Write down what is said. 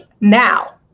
now